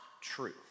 true